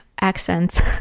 accents